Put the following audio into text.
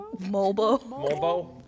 mobo